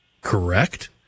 Correct